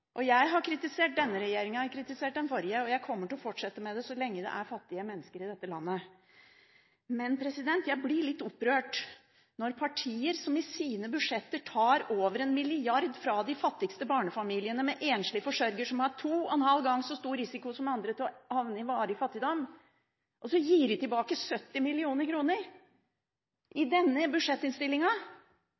Jeg har kritisert denne regjeringen, jeg har kritisert den forrige, og jeg kommer til å fortsette med det så lenge det er fattige mennesker i dette landet. Men jeg blir litt opprørt når partier som i sine budsjetter tar over 1 mrd. kr fra de fattigste barnefamiliene med enslig forsørger, som har to og en halv gang så stor risiko som andre for å havne i varig fattigdom, gir 70 mill. kr tilbake